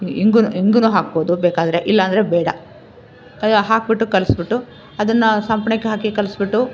ಇಂಗನ್ನು ಇಂಗನ್ನು ಹಾಕ್ಬೋದು ಬೇಕಾದರೆ ಇಲ್ಲಾಂದರೆ ಬೇಡ ಅದು ಹಾಕಿಬಿಟ್ಟು ಕಲಸ್ಬಿಟ್ಟು ಅದನ್ನು ಸಂಪ್ಳಕ್ಕೆ ಹಾಕಿ ಕಲಸ್ಬಿಟ್ಟು